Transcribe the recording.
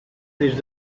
des